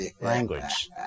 language